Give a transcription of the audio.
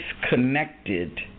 disconnected